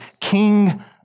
king